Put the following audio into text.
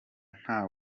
nta